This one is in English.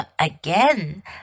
Again